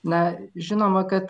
na žinoma kad